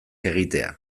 egitea